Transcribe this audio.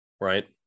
right